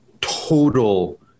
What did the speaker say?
total